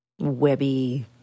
webby